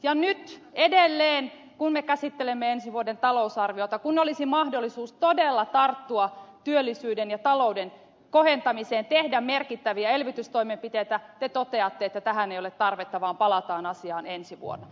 ja nyt edelleen kun me käsittelemme ensi vuoden talousarviota kun olisi mahdollisuus todella tarttua työllisyyden ja talouden kohentamiseen tehdä merkittäviä elvytystoimenpiteitä te toteatte että tähän ei ole tarvetta vaan palataan asiaan ensi vuonna